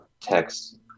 text